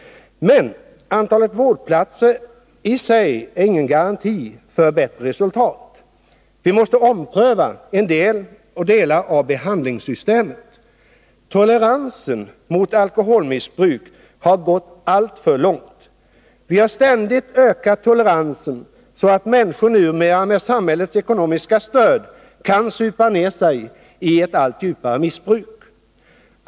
Men antalet vårdplatser är i sig ingen garanti för bättre resultat. Vi måste också ompröva delar av behandlingssystemet. Toleransen mot alkoholmissbruk har gått alltför långt. Vi har ständigt ökat toleransen, så att människor numera med samhällets ekonomiska stöd kan supa ner sig i ett allt djupare missbruk.